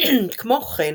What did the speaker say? כמו כן,